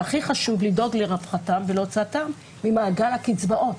והכי חשוב לדאוג לרווחתם ולהוצאתם ממעגל הקצבאות.